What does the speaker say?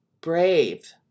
brave